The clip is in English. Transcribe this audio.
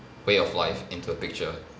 way of life into a picture